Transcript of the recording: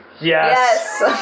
Yes